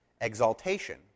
exaltation